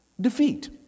Defeat